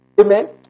Amen